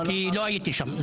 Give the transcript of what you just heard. לא הייתי שם.